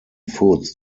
foods